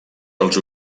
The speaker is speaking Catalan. els